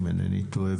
נדמה לי,